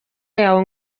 yawe